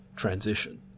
transition